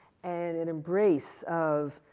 and an embrace of,